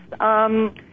yes